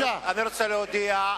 אני רוצה להודיע,